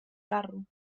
carro